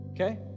Okay